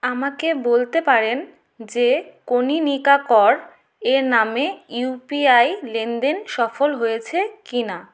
আমাকে বলতে পারেন যে কনীনিকা কর এ নামে ইউপিআই লেনদেন সফল হয়েছে কিনা